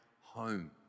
home